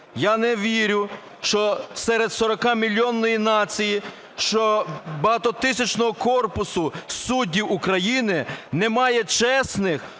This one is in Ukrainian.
я не вірю, що серед 40-мільйонної нації, що з багатотисячного корпусу суддів України немає чесних,